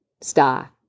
star